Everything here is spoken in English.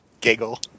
Giggle